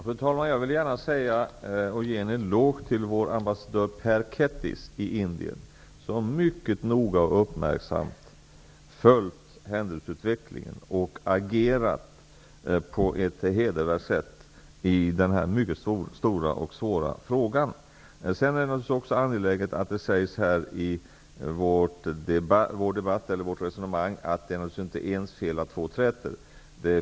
Fru talman! Jag vill gärna ge en eloge till vår ambassadör i Indien, Pär Kettis. Han har mycket noga och uppmärksamt följt händelseutvecklingen i Indien, och han har agerat på ett mycket hedervärt sätt i denna mycket stora och svåra fråga. Det är angeläget att det framgår av vårt resonemang att det är naturligtvis inte ens fel att två träter.